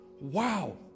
wow